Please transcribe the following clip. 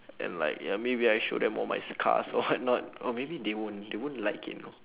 and like ya maybe I show them all my scars or whatnot oh maybe they won't they won't like it you know